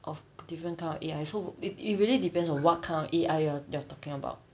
of different kind of A_I so it it really depends on what kind of A_I you are talking about